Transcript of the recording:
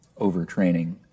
overtraining